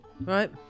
right